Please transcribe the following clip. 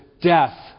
death